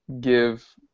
give